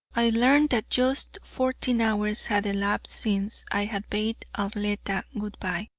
i learned that just fourteen hours had elapsed since i had bade arletta good-bye,